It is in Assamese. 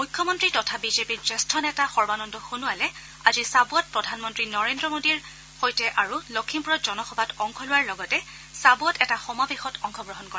মৃখ্যমন্তী তথা বিজেপিৰ জ্যেষ্ঠ নেতা সৰ্বানন্দ সোণোৱালে আজি চাবুৱাত প্ৰধানমন্তী নৰেন্দ্ৰ মোদীৰ সৈতে আৰু লখিমপুৰত জনসভাত অংশ লোৱাৰ লগতে চাবুৱাত এটা সমাবেশত অংশগ্ৰহণ কৰে